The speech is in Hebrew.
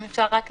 אם אפשר לחדד,